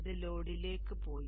അത് ലോഡിലേക്ക് പോയി